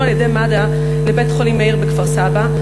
על-ידי מד"א לבית-חולים מאיר בכפר-סבא.